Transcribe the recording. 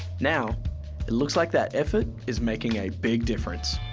now it looks like that effort is making a big difference.